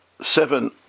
seven